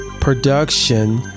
production